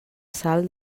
sal